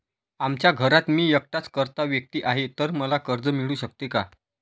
आमच्या घरात मी एकटाच कर्ता व्यक्ती आहे, तर मला कर्ज मिळू शकते का?